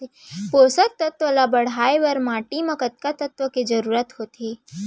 पोसक तत्व ला बढ़ाये बर माटी म कतका तत्व के जरूरत होथे?